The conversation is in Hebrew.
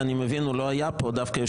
אני אומר לך, אתה לא מקשיב.